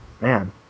man